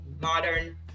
modern